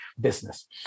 business